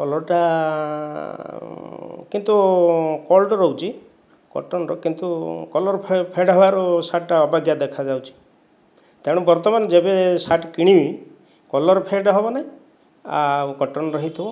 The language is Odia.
କଲର୍ଟା କିନ୍ତୁ ରହୁଛି କଟନ୍ର କିନ୍ତୁ କଲର୍ ଫେଡ଼୍ ହେବାରୁ ଶାର୍ଟଟା ଅବାଗିଆ ଦେଖାଯାଉଛି ତେଣୁ ବର୍ତ୍ତମାନ ଯେବେ ଶାର୍ଟ କିଣିବି କଲର୍ ଫେଡ଼୍ ହେବ ନାହିଁ ଆଉ କଟନ୍ର ହୋଇଥିବ